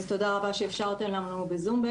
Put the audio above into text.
תודה רבה שאפשרנו לנו בזום,